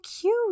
cute